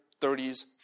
30s